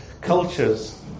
cultures